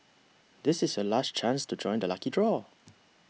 this is your last chance to join the lucky draw